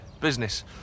business